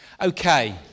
Okay